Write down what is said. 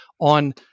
on